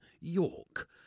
York